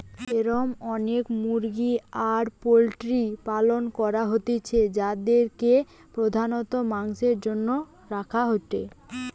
এরম অনেক মুরগি আর পোল্ট্রির পালন করা হইতিছে যাদিরকে প্রধানত মাংসের জন্য রাখা হয়েটে